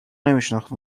نمیشناخت